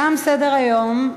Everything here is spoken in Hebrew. תם סדר-היום.